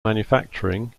manufacturing